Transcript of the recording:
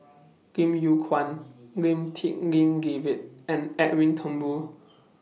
Lim Yew Kuan Lim Tik En David and Edwin Thumboo